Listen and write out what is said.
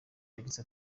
yagize